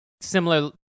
similar